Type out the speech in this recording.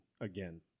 again